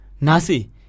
Nasi